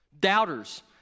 Doubters